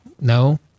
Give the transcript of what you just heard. no